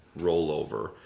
rollover